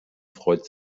freut